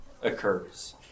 occurs